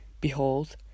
Behold